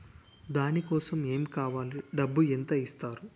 దాని కోసం ఎమ్ కావాలి డబ్బు ఎంత ఇస్తారు?